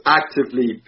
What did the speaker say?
actively